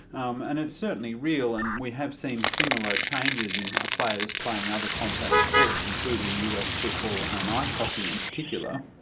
um and it's certainly real and we have seen similar changes in players playing other contact sports, including us football and ice hockey in particular.